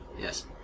Yes